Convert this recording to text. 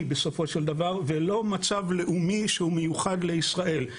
בסופו של דבר ולא מצב לאומי שמיוחד לישראל.